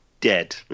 dead